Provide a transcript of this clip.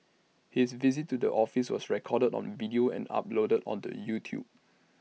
his visit to the office was recorded on video and uploaded onto YouTube